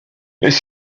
les